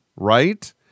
right